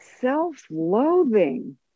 self-loathing